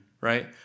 right